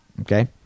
Okay